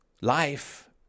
life